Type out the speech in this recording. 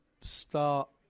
Start